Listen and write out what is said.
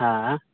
हाँ